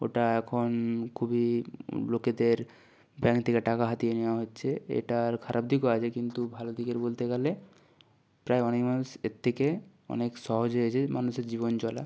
ওটা এখন খুবই লোকেদের ব্যাংক থেকে টাকা হাতিয়ে নেওয়া হচ্ছে এটার খারাপ দিকও আছে কিন্তু ভালো দিকের বলতে গেলে প্রায় অনেক মানুষ এর থেকে অনেক সহজ হয়েছে মানুষের জীবন চলা